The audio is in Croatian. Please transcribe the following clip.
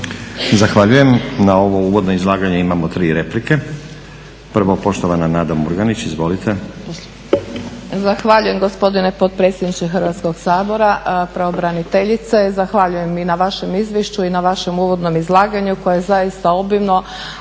Zahvaljujem. Na ovo uvodno izlaganje imamo tri replike. Prvo, poštovana Nada Murganić. Izvolite. **Murganić, Nada (HDZ)** Zahvaljujem gospodine potpredsjedniče Hrvatskog sabora. Pravobraniteljice, zahvaljujem i na vašem izvješću i na vašem uvodnom izlaganju koje je zaista obilno,